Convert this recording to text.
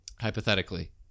Hypothetically